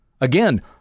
Again